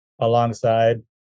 alongside